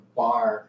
bar